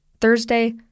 Thursday